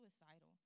suicidal